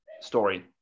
story